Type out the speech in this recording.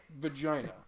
vagina